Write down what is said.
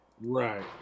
Right